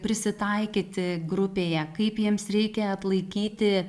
prisitaikyti grupėje kaip jiems reikia atlaikyti